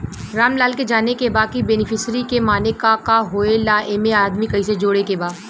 रामलाल के जाने के बा की बेनिफिसरी के माने का का होए ला एमे आदमी कैसे जोड़े के बा?